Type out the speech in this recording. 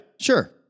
sure